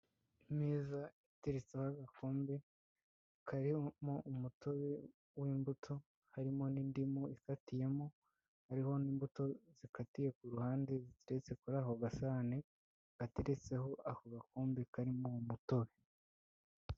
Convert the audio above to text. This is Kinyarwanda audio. Imeza iteretseho agakombe karimo umutobe w'imbuto, harimo n'indimu ikatiyemo, hariho n'imbuto zikatiye ku ruhande, ziteretse kuri ako gasahane, gateretseho ako gakombe karimo umutobe.